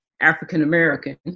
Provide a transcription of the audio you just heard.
African-American